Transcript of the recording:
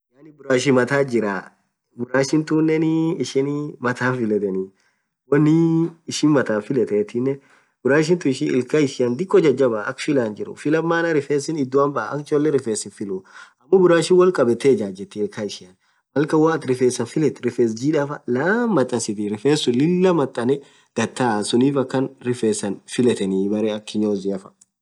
Yaani burashii matathi jirah burani thunenin ishin marthan filetheni wonn ishi marthan filethen burashithun ishin Ill Khan ishia dhiko jajabah akha filaaa hin jiru filan maaan rifesin idhhuan baa akha cholee rifes hinfilu ammo burashin wol khabethe akhan ishian Mal khan woathin rifesani filethu rifes jidhaaa faaa laaan mathasithi sunn Lilah mathane gadha thaa sunnif akhan rifesan filetheni gar kinyozia